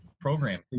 program